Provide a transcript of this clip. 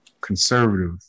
conservative